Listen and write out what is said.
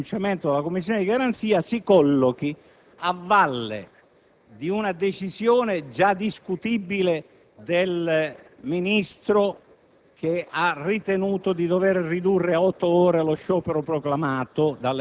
preoccupante che il pronunciamento della Commissione di garanzia si collochi a valle di una decisione già discutibile del Ministro,